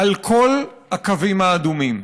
על כל הקווים האדומים.